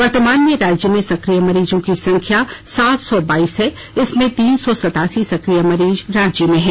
वर्तमान में राज्य में सकिय मरीजों की संख्या सात सौ बाईस है इसमें तीन सौ सतासी सकिय मरीज रांची में हैं